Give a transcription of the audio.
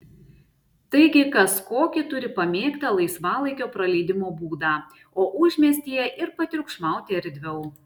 taigi kas kokį turi pamėgtą laisvalaikio praleidimo būdą o užmiestyje ir patriukšmauti erdviau